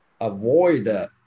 avoid